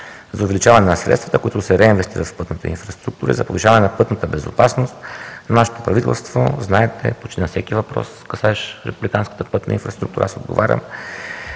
За увеличаване на средствата, които се реинвестират в пътната инфраструктура и за повишаване на пътната безопасност, нашето правителство, знаете, почти на всеки въпрос, касаещ републиканската инфраструктура – аз отговарям,